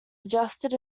adjusted